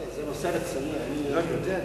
לוועדת הכלכלה נתקבלה.